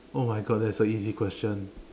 oh my God that's a easy question